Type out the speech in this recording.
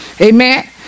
Amen